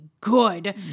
good